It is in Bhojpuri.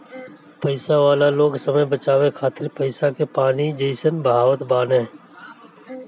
पईसा वाला लोग समय बचावे खातिर पईसा के पानी जइसन बहावत बाने